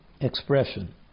expression